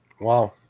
Wow